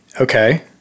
Okay